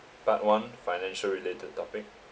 part one financial related topic